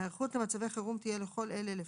ההיערכות למצבי חירום תהיה לכל אלה לפחות: